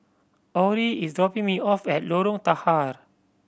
Orie is dropping me off at Lorong Tahar